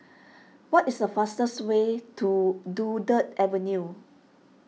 what is the fastest way to Dunkirk Avenue